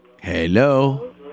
Hello